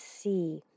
see